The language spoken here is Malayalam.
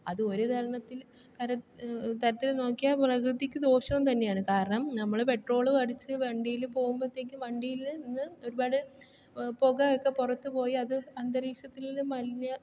അത് ഒരു തരത്തിൽ കര തരത്തിൽ നോക്കിയാൽ പ്രകൃതിക്ക് ദോഷവും തന്നെയാണ് കാരണം നമ്മള് പെട്രോളും അടിച്ച് വണ്ടിയിൽ പോകുമ്പത്തേക്കും വണ്ടിയിൽ നിന്ന് ഒരുപാട് പുക ഒക്കെ പുറത്ത് പോയി അത് അന്തരീക്ഷത്തില് മലിന്യ